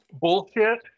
bullshit